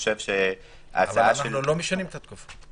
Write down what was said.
אבל לא משנים את התקופה.